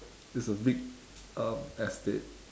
it's a big um estate